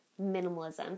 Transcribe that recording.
minimalism